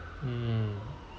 mm